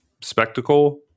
spectacle